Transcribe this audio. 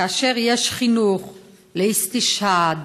כאשר יש חינוך לאסתשהאד,